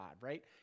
right